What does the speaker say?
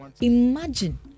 Imagine